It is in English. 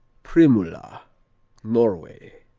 primula norway